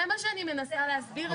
זה מה שאני מנסה להסביר אדוני.